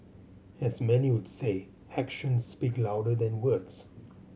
as many would say actions speak louder than words